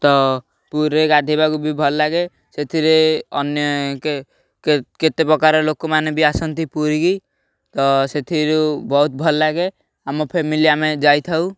ତ ପୁରୀରେ ଗାଧେଇବାକୁ ବି ଭଲ ଲାଗେ ସେଥିରେ ଅନ୍ୟ କେତେ ପ୍ରକାର ଲୋକମାନେ ବି ଆସନ୍ତି ପୁରୀକି ତ ସେଥିରୁ ବହୁତ ଭଲ ଲାଗେ ଆମ ଫ୍ୟାମିଲି ଆମେ ଯାଇଥାଉ